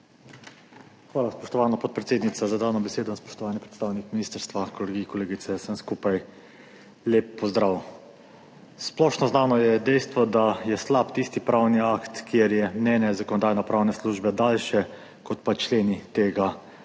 Hvala, spoštovana podpredsednica, za dano besedo. Spoštovani predstavniki ministrstva, kolegi, kolegice, vsem skupaj lep pozdrav! Splošno znano je dejstvo, da je slab tisti pravni akt, kjer je mnenje Zakonodajno-pravne službe daljše kot pa členi tega